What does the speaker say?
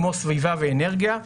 כמו סביבה ואנרגיה,